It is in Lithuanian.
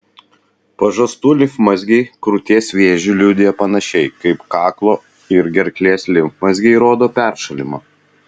pažastų limfmazgiai krūties vėžį liudija panašiai kaip kaklo ir gerklės limfmazgiai rodo peršalimą